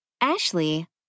Ashley